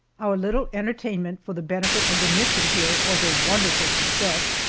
our little entertainment for the benefit of the mission here was a wonderful success.